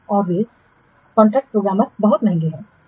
और वे contract programmer बहुत महंगे हैं